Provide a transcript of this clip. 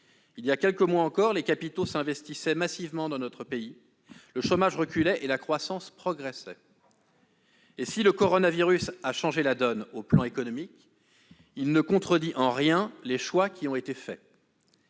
Il y a quelques mois encore, les capitaux s'investissaient massivement dans notre pays, le chômage reculait et la croissance progressait. Et si le coronavirus a changé la donne sur le plan économique, il ne contredit en rien la pertinence des choix qui ont été faits.